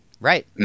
Right